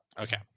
okay